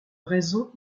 raison